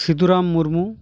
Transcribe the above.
Sidhuram Murmu